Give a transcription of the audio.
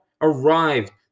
arrived